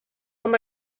com